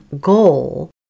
goal